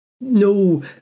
no